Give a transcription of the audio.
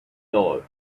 thought